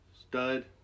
stud